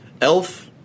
Elf